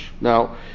Now